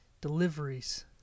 deliveries